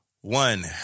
one